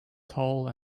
tall